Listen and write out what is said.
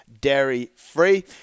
dairy-free